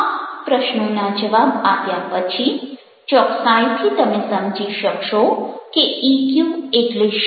આ પ્રશ્નોના જવાબ આપ્યા પછી ચોક્કસાઇથી તમે સમજી શકશો કે ઇક્યુ એટલે શું